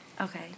okay